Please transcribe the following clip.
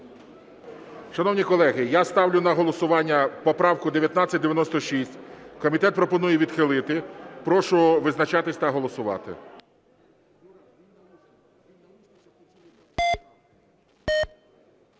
Шановні колеги, я ставлю на голосування поправку 1996. Комітет пропонує відхилити. Прошу визначатись та голосувати.